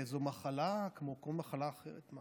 זו מחלה כמו כל מחלה אחרת.